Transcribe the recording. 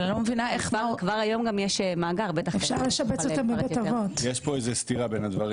יש פה איזו סתירה בין הדברים.